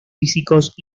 físicos